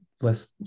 less